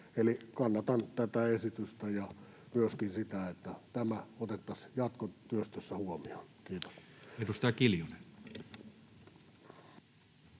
kannatan tätä esitystä ja myöskin sitä, että tämä otettaisiin jatkotyöstössä huomioon. — Kiitos. [Speech